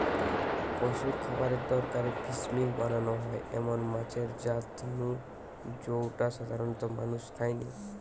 পশুর খাবারের দরকারে ফিসমিল বানানা হয় এমন মাছের জাত নু জউটা সাধারণত মানুষ খায়নি